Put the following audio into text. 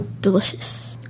Delicious